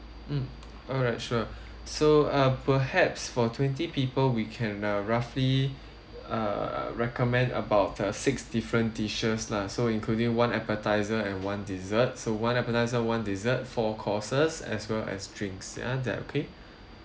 mm alright sure so uh perhaps for twenty people we can uh roughly uh recommend about uh six different dishes lah so including one appetiser and one dessert so one appetiser one dessert four courses as well as drinks ya that okay